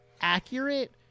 accurate